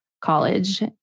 college